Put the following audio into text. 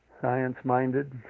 science-minded